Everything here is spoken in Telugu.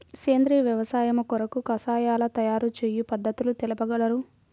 సేంద్రియ వ్యవసాయము కొరకు కషాయాల తయారు చేయు పద్ధతులు తెలుపగలరు?